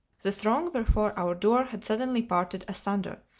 the throng before our door had suddenly parted asunder,